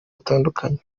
batandukanye